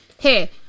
hey